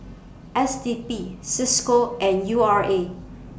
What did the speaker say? S D P CISCO and U R A